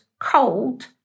cold